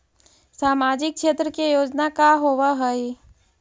सामाजिक क्षेत्र के योजना का होव हइ?